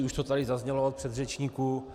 Už to tady zaznělo od předřečníků.